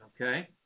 Okay